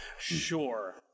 sure